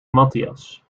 matthias